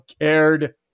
cared